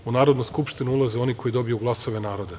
U Narodnu skupštinu ulaze oni koji dobiju glasove naroda.